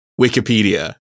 Wikipedia